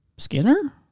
Skinner